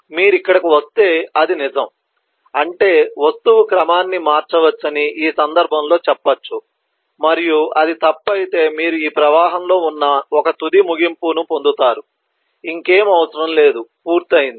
మీరు ఇక్కడకు వస్తే అది నిజం అంటే వస్తువు క్రమాన్ని మార్చవచ్చని ఈ సందర్భంలో చెప్పొచ్చు మరియు అది తప్పు అయితే మీరు ఈ ప్రవాహంలో ఉన్న ఒక తుది ముగింపును పొందుతారు ఇంకేమీ అవసరం లేదు పూర్తయింది